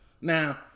Now